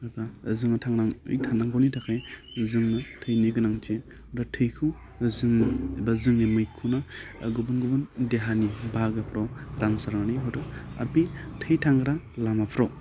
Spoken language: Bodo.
एबा जोङो थांनानै थानांगौनि थाखाय जोंनो थैनि गोनांथि दा थैखौ जोङो एबा जोंनि मैखुना गुबुन गुबुन देहानि बाहागोफ्राव उदां जानानै हयथ' आरो बे थै थांग्रा लामाफोराव